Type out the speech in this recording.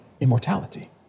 immortality